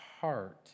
heart